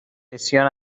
بسیار